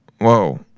Whoa